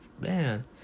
man